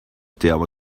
tell